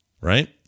Right